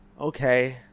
Okay